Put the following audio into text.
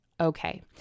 okay